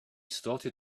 started